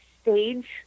stage